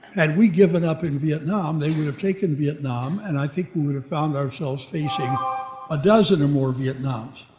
had we given up in vietnam, they would have taken vietnam and i think we would have found ourselves facing a dozen or more vietnams.